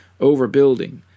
overbuilding